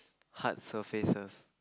hard surfaces